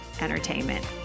entertainment